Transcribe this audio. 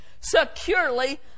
securely